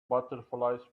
butterflies